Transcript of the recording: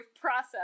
process